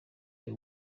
for